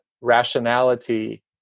rationality